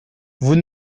vous